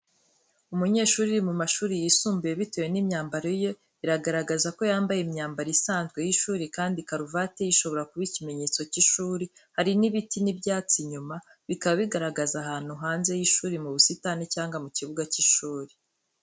Umunyeshuri uri mu mashuri yisumbuye bitewe n’imyambaro ye. Bigaragaza ko yambaye imyambaro isanzwe y’ishuri kandi karuvate ye ishobora kuba ikimenyetso cy’ishuri, hari ibiti n’ibyatsi inyuma, bikaba bigaragaza ahantu hanze y’ishuri mu busitani cyangwa mu kibuga cy’ishuri.